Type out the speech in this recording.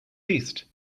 fist